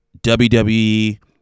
WWE